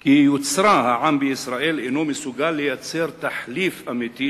כי היא יוצרה והעם בישראל אינו מסוגל לייצר תחליף אמיתי,